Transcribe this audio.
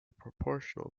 proportional